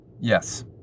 Yes